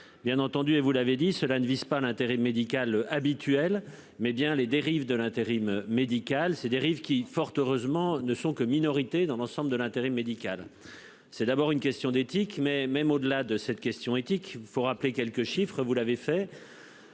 Bien entendu et vous l'avez dit, cela ne vise pas l'intérêt médical habituel, mais bien les dérives de l'intérim médical ces dérives qui fort heureusement ne sont que minorité dans l'ensemble de l'intérim médical. C'est d'abord une question d'éthique, mais même au-delà de cette question éthique. Il faut rappeler quelques chiffres, vous l'avez fait.